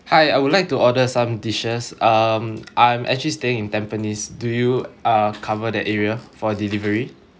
hi I would like to order some dishes um I'm actually stay in tampines do you uh cover that area for delivery